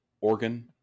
Organ